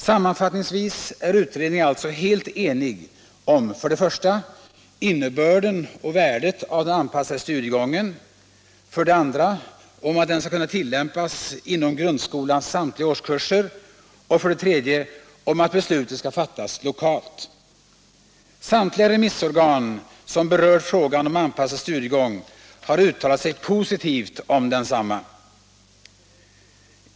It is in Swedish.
Sammanfattningsvis är utredningen alltså helt enig om för det andra att den skall kunna tillämpas inom grundskolans samtliga årskurser och för det tredje att beslutet skall fattas lokalt. Samtliga remissorgan som berört frågan om anpassad studiegång har uttalat sig positivt om densamma.